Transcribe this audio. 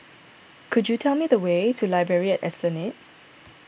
could you tell me the way to Library at Esplanade